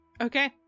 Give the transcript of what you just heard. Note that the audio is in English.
okay